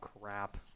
crap